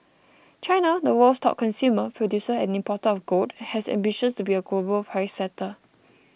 China the world's top consumer producer and importer of gold has ambitions to be a global price setter